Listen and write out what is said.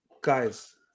guys